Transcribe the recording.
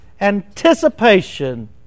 Anticipation